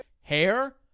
hair